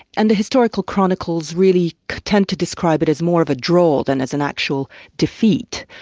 and the historical chronicles really tend to describe it as more of a draw than as an actual defeat.